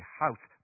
house